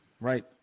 right